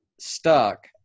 stuck